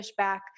pushback